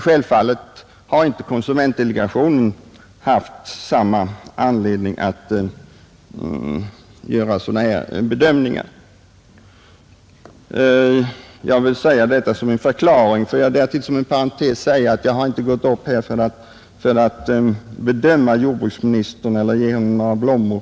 Självfallet har konsumentdelegationen andra utgångspunkter för sina bedömningar. Jag vill säga detta som en förklaring, och jag vill inom parentes tillfoga att jag inte gått upp i talarstolen för att bedöma jordbruksministern eller ge några blommor.